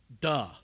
Duh